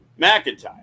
McIntyre